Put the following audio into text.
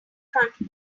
front